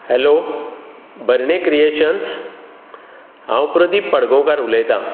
hello Banne creations हांव प्रदीप पाडगांवकार उलयतां